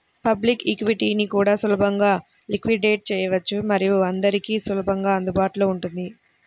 public ఈక్విటీని కూడా సులభంగా లిక్విడేట్ చేయవచ్చు మరియు అందరికీ సులభంగా అందుబాటులో ఉంటుంది